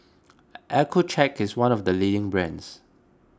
Accucheck is one of the leading brands